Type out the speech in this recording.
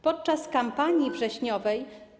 Podczas kampanii wrześniowej.